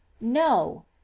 no